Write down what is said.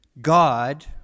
God